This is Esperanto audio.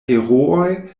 herooj